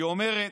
היא אומרת: